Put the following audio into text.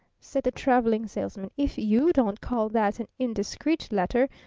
said the traveling salesman. if you don't call that an indiscreet letter,